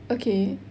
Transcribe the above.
okay